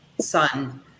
son